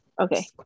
Okay